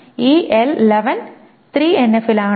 ഈ L11 3 എൻഎഫിലാണോ